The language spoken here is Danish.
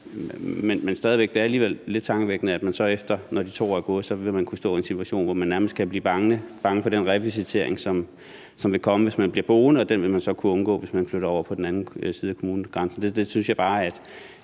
stadig væk alligevel lidt tankevækkende, at man så, efter de 2 år er gået, vil kunne stå i en situation, hvor man nærmest kan blive bange for den revisitering, der vil komme, når man bliver boende, og den kan man så undgå, hvis man flytter over på den anden side af kommunegrænsen.